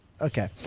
Okay